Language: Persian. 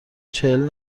چهل